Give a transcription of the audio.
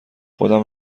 خودم